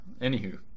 Anywho